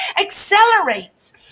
accelerates